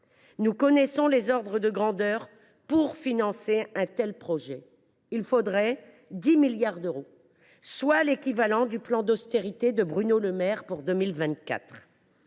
Nous connaissons les ordres de grandeur que suppose un tel projet : il faudrait 10 milliards d’euros, soit l’équivalent du plan d’austérité de Bruno Le Maire pour 2024.